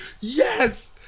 yes